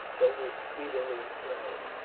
but will speedily rally.